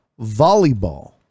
volleyball